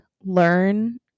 learn